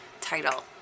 title